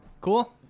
Cool